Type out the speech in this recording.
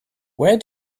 where